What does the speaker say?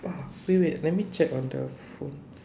oh wait wait let me check on the phone